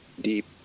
deep